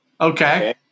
okay